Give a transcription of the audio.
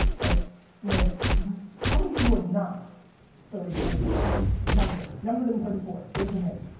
like you know how many of you are not thirty four years old? younger younger than thirty four? raise your hands.